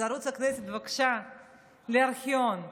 אז ערוץ הכנסת, בבקשה, לארכיון.